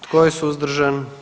Tko je suzdržan?